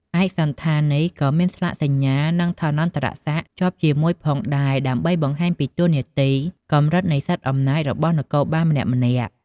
ឯកសណ្ឋាននេះក៏មានស្លាកសញ្ញានិងឋានន្តរសក្ដិជាប់ជាមួយផងដែរ ដើម្បីបង្ហាញពីតួនាទីនិងកម្រិតនៃសិទ្ធិអំណាចរបស់នគរបាលម្នាក់ៗ។